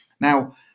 Now